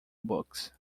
books